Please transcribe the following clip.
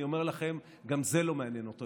אני אומר לכם, גם זה לא מעניין אותו.